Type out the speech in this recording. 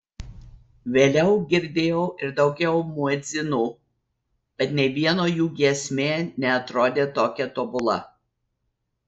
vėliau girdėjau ir daugiau muedzinų bet nė vieno jų giesmė neatrodė tokia tobula